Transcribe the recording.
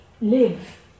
live